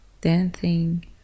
dancing